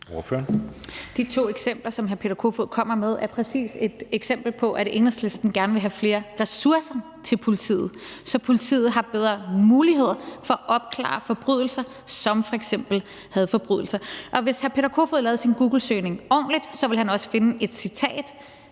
De to eksempler, som hr. Peter Kofod kommer med, er præcis to eksempler på, at Enhedslisten gerne vil have flere ressourcer til politiet, så politiet har bedre muligheder for at opklare forbrydelser som f.eks. hadforbrydelser. Og hvis hr. Peter Kofod lavede sin googlesøgning ordentligt, ville han også finde et citat